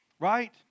right